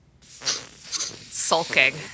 sulking